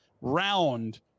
round